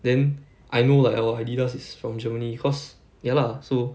then I know like oh Adidas is from germany cause ya lah so